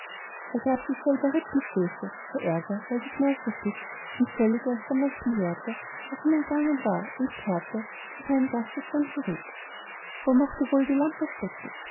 er gab sich selber rippenstöße vor ärger weil dies meisterstück ihn völlig erst ermessen lehrte was ihm entgangen war und kehrte zu seinem gasthaus dann zurück wo mochte wohl die lampe stecken